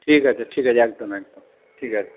ঠিক আছে ঠিক আছে একদম একদম ঠিক আছে